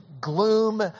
gloom